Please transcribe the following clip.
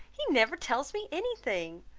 he never tells me any thing!